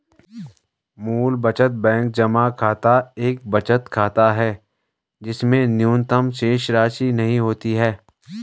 मूल बचत बैंक जमा खाता एक बचत खाता है जिसमें न्यूनतम शेषराशि नहीं होती है